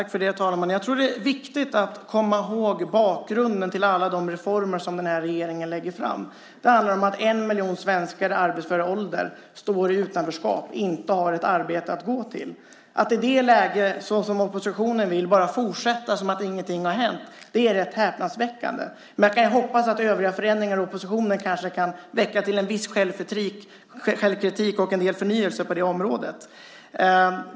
Herr talman! Jag tror att det är viktigt att komma ihåg bakgrunden till alla de reformer som den här regeringen lägger fram. Det handlar om att en miljon svenskar i arbetsför ålder befinner sig i utanförskap och inte har ett arbete att gå till. Att i det läget, såsom oppositionen vill, bara fortsätta som om ingenting har hänt är rätt häpnadsväckande. Jag hoppas att övriga förändringar i oppositionen kanske kan väcka en del självkritik och en del förnyelse på det området.